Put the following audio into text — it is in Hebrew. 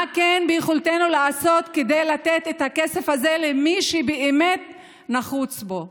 מה כן ביכולתנו לעשות כדי לתת את הכסף הזה למי שהוא באמת נחוץ לו?